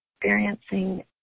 experiencing